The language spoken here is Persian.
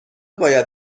باید